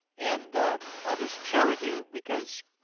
and i'll just share with you because